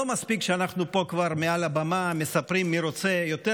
לא מספיק שאנחנו מספרים פה מעל הבמה מי רוצה יותר